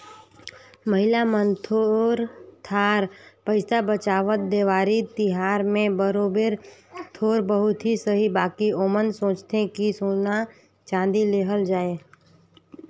महिला मन थोर थार पइसा बंचावत, देवारी तिहार में बरोबेर थोर बहुत ही सही बकि ओमन सोंचथें कि सोना चाँदी लेहल जाए